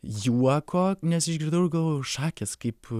juoko nes išgirdau ir galvojau šakės kaip